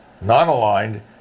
non-aligned